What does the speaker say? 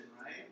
right